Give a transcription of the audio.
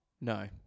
No